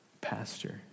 pastor